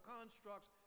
constructs